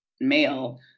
male